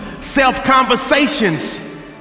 self-conversations